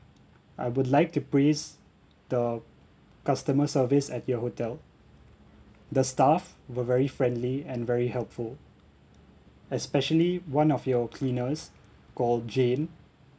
I would like to praise the customer service at your hotel the staff were very friendly and very helpful especially one of your cleaners called jane